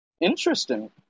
Interesting